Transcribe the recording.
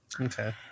Okay